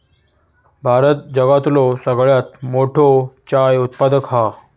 भारत जगातलो सगळ्यात मोठो चाय उत्पादक हा